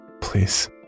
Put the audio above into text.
Please